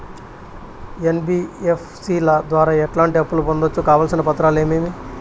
NBFC ల ద్వారా ఎట్లాంటి అప్పులు పొందొచ్చు? కావాల్సిన పత్రాలు ఏమేమి?